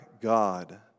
God